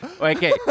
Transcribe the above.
Okay